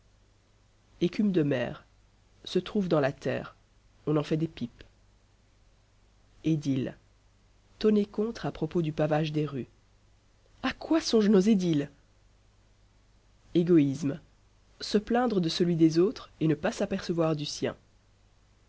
écume de mer se trouve dans la terre on en fait des pipes édiles tonner contre à propos du pavage des rues a quoi songent nos édiles égoïsme se plaindre de celui des autres et ne pas s'apercevoir du sien